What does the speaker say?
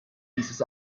dieses